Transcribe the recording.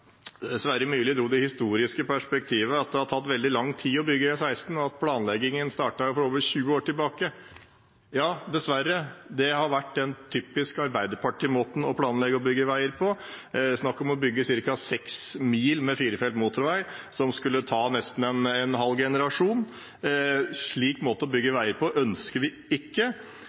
Sverre Myrli dro det historiske perspektivet at det har tatt veldig lang tid å bygge E16 – at planleggingen startet for over 20 år siden. Ja, dessverre, det har vært den typiske Arbeiderparti-måten å planlegge og bygge veier på. Det er snakk om å bygge ca. seks mil med firefelts motorvei, som skulle ta nesten en halv generasjon. En slik måte å bygge veier på ønsker vi ikke.